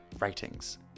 ratings